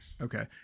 Okay